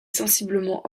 sensiblement